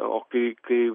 o kai kai